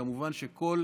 לכל